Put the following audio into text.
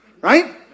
right